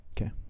Okay